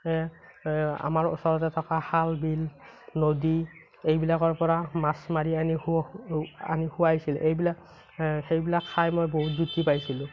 আমাৰ ওচৰতে থকা খাল বিল নদী এইবিলাকৰ পৰা মাছ মাৰি আনি আনি খোৱাইছিলে এইবিলাক এইবিলাক খাই মই বহুত জুতি পাইছিলোঁ